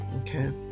Okay